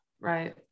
right